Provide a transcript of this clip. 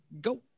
go